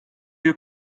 you